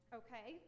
okay